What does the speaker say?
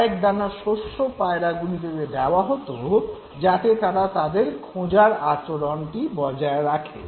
কয়েক দানা শস্য পায়রাগুলিকে দেওয়া হত যাতে তারা তাদের খোঁজার আচরণ বজায় রাখে